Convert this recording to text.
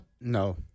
No